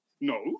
No